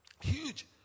Huge